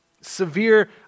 severe